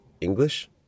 English